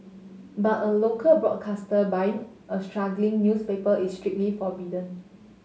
but a local broadcaster buying a struggling newspaper is strictly forbidden